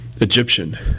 Egyptian